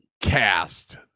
cast